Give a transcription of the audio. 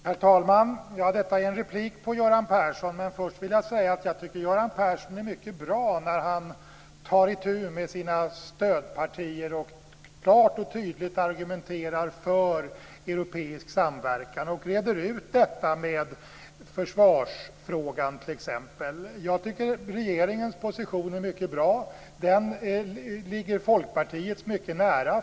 Herr talman! Detta är en replik på Göran Persson. Men först vill jag säga att jag tycker att Göran Persson är mycket bra när han tar itu med sina stödpartier och klart och tydligt argumenterar för europeisk samverkan och reder ut detta med försvarsfrågan t.ex. Jag tycker att regeringens position är mycket bra. Den ligger Folkpartiet mycket nära.